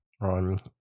on